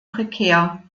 prekär